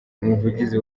umuvugizi